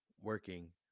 working